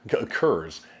occurs